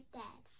dad